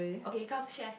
okay come share